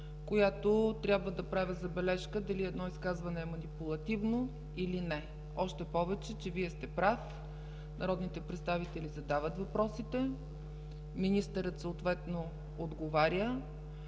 която трябва да прави забележка дали едно изказвани е манипулативно или не. Още повече, че Вие сте прав. Народните представители задават въпросите, министърът съответно отговаря,